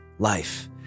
Life